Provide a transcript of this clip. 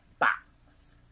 box